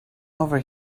over